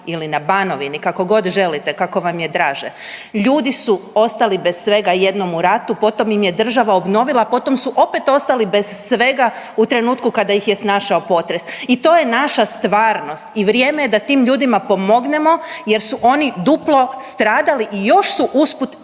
ili na Banovini, kako god želite, kako vam je draže, ljudi su bez svega, jedan u ratu, potom im je država obnovila a potom su opet ostali bez svega u trenutku kada ih je snašao potres. I to je naša stvarnost i vrijeme je da tim ljudima pomognemo jer su oni duplo stradali i još smo usput možda i